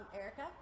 Erica